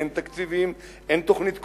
אין תקציבים, אין תוכנית כוללת.